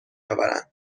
آورند